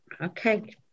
okay